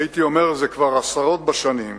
הייתי אומר זה כבר עשרות בשנים,